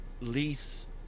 lease